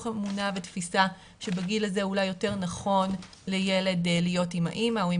אמונה ותפיסה שבגיל הזה אולי יותר נכון לילד להיות עם האימא או עם